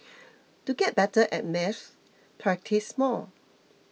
to get better at maths practise more